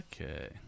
Okay